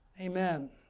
Amen